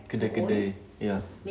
kedai-kedai ya